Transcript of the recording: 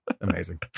amazing